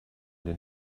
den